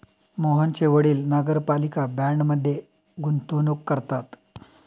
मोहनचे वडील नगरपालिका बाँडमध्ये गुंतवणूक करतात